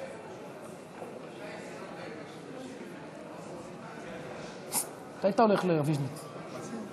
עד עשר דקות, אדוני, לרשותך, בבקשה.